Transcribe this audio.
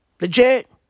Legit